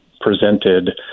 presented